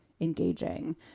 engaging